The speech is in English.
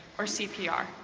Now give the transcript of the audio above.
or cpr.